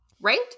Right